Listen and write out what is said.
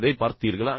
அதை பார்த்தீர்களா